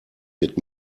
wird